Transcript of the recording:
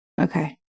Okay